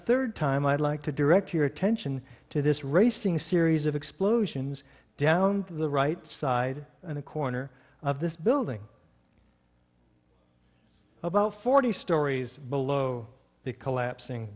third time i'd like to direct your attention to this racing series of explosions down the right side and a corner of this building about forty stories below the collapsing